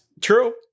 True